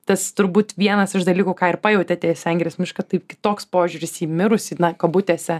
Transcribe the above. tas turbūt vienas iš dalykų ką ir pajauti atėjęs sengirės mišką tai kitoks požiūris į mirusį na kabutėse